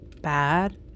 Bad